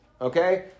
okay